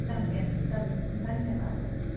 सम्यक् सम्यक् धन्यवादः